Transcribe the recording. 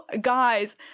guys